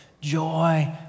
joy